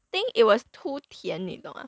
I think it was too 甜你懂吗